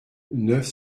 neuf